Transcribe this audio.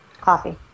Coffee